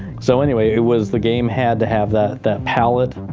so, anyway, it was, the game had to have that that pallet,